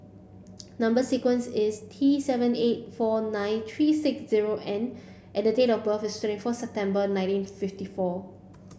number sequence is T seven eight four nine three six zero N and the date of birth is twenty four September nineteen fifty four